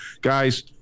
Guys